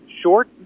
Short